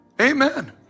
Amen